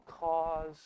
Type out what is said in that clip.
cause